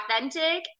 authentic